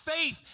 faith